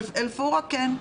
אבל אל פורעה כן.